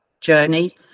journey